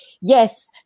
yes